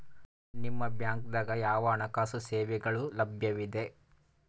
ನಿಮ ಬ್ಯಾಂಕ ದಾಗ ಯಾವ ಹಣಕಾಸು ಸೇವೆಗಳು ಲಭ್ಯವಿದೆ?